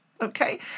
okay